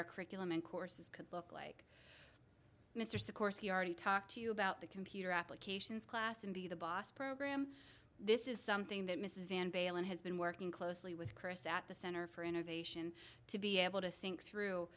our curriculum and courses could look like mr sikorski already talked to you about the computer applications class and be the boss program this is something that mrs van balan has been working closely with chris at the center for innovation to be able to think through